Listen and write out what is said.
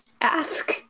ask